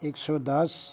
ਇੱਕ ਸੌ ਦਸ